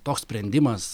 toks sprendimas